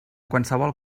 qualsevol